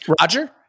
Roger